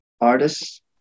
artists